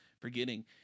forgetting